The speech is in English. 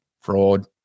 fraud